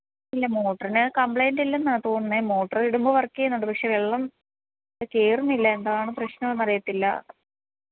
ഇല്ല മോട്ടറിന് കമ്പ്ലൈൻറ്റില്ല എന്നാണ് തോന്നുന്നത് മോട്ടർ ഇടുമ്പം വർക്ക് ചെയ്യുന്നുണ്ട് പക്ഷേ വെള്ളം കയറുന്നില്ല എന്താണ് പ്രശ്നം എന്നറിയത്തില്ല